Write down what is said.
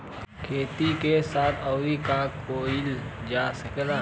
खेती के साथ अउर का कइल जा सकेला?